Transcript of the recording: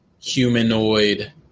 humanoid